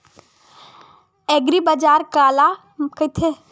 एग्रीबाजार काला कइथे?